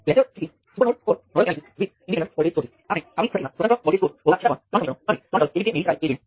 હવે આપણે કરંટ નિયંત્રિત કરંટ સ્ત્રોત સાથે નોડલ વિશ્લેષણ પર વિચાર કરીશું